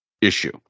issue